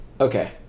Okay